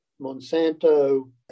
Monsanto